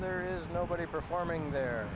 there is nobody performing there